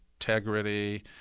integrity